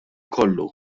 kollu